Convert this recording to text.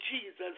Jesus